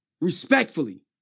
Respectfully